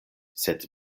sed